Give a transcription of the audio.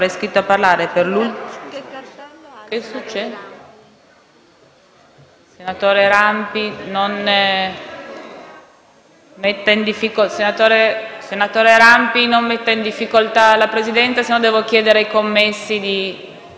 Senatore Rampi, non metta in difficoltà la Presidenza, altrimenti devo chiedere agli assistenti di ritirare il cartello immediatamente.